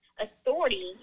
authority